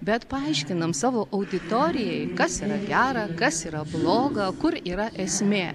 bet paaiškinam savo auditorijai kas yra gera kas yra bloga kur yra esmė